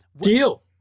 Deal